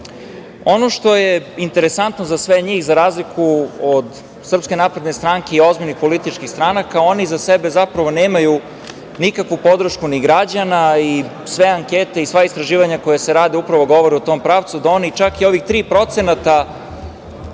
što je interesantno za sve njih, za razliku od Srpske napredne stranke i ozbiljnih političkih stranaka, oni za sebe zapravo nemaju nikakvu podršku ni građana. Sve ankete i sva istraživanja koja se rade upravo govore u tom pravcu da oni čak i ovih 3% izbornog